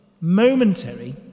momentary